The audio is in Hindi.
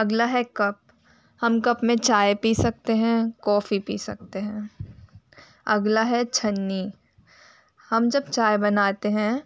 अगला है कप हम कप में चाय पी सकते हैं कॉफी पी सकते हैं अगला है छन्नी हम जब चाय बनाते हैं